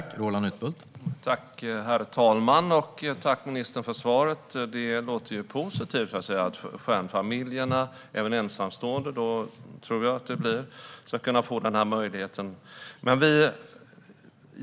Herr talman! Tack, ministern, för svaret! Jag måste säga att det låter positivt att stjärnfamiljerna - även ensamstående då, tror jag att det blir - ska kunna få denna möjlighet.